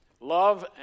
Love